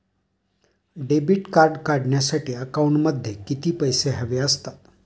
Debit card काढण्यासाठी अकाउंटमध्ये किती पैसे हवे असतात?